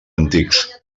antics